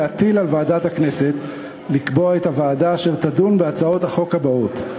להטיל על ועדת הכנסת לקבוע את הוועדה אשר תדון בהצעות החוק הבאות: